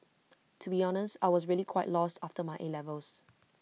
to be honest I was really quite lost after my A levels